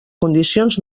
condicions